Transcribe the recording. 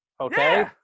Okay